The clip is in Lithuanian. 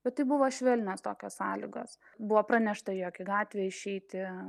bet tai buvo švelnios tokios sąlygos buvo pranešta jog į gatvę išeiti